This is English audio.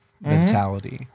mentality